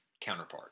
counterpart